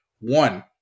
one